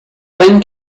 when